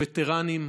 וטרנים יקרים,